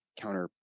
counter